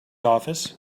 office